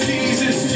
Jesus